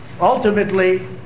ultimately